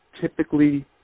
typically